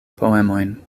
poemojn